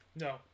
No